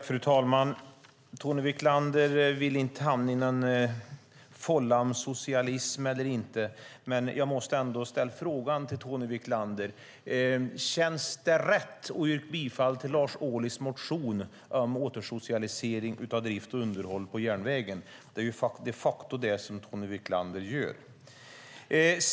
Fru talman! Tony Wiklander vill inte hamna i någon fålla där det handlar om socialism eller inte. Men jag måste ändå ställa frågan till Tony Wiklander: Känns det rätt att yrka bifall till Lars Ohlys motion om återsocialisering av drift och underhåll på järnvägen? Det är de facto det som Tony Wiklander gör.